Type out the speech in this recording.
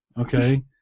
okay